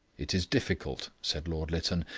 it is difficult said lord lytton,